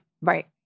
Right